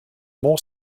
more